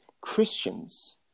christians